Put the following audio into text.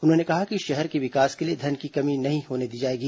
उन्होंने कहा कि शहर के विकास के लिए धन की कमी नहीं होने दी जाएगी